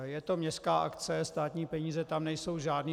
Je to městská akce, státní peníze tam nejsou žádné.